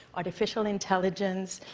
artificial intelligence,